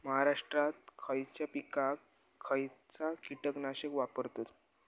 महाराष्ट्रात खयच्या पिकाक खयचा कीटकनाशक वापरतत?